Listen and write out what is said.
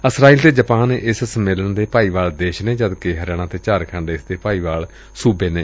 Israel ਅਤੇ Japan ਇਸ ਸੰਮੇਲਨ ਦੇ ਭਾਈਵਾਲ ਦੇਸ਼ ਨੇ ਜਦ ਕਿ ਹਰਿਆਣਾ ਡੇ ਝਾਰਖੰਡ ਇਸ ਦੇ ਭਾਈਵਾਲ ਸੁਬੇ ਨੇ